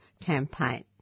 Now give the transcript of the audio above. campaign